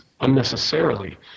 unnecessarily